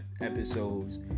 episodes